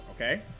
okay